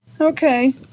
Okay